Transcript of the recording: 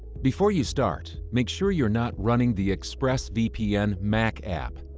before you start, make sure you're not running the expressvpn mac app.